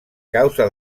causa